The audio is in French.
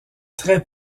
très